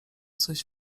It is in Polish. coś